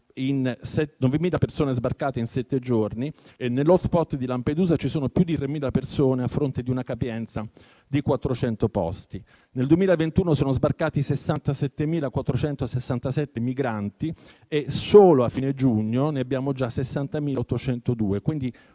9.000 persone sono sbarcate in sette giorni e nell'*hotspot* di Lampedusa ci sono più di 3.000 persone, a fronte di una capienza di 400 posti. Nel 2021 sono sbarcati 67.467 migranti e nel 2023, solo a fine giugno, ne abbiamo già 60.802,